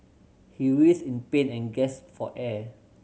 he writhed in pain and gasped for air